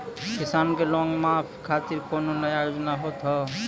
किसान के लोन माफी खातिर कोनो नया योजना होत हाव?